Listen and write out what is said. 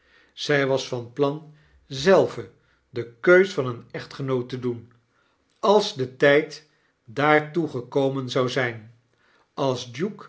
zy was van plan zelve de keus van een echtgenoot te doen als de tyd daartoe gekomen zou zyn als